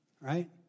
Right